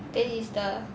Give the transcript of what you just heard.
then is the